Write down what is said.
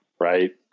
Right